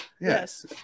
Yes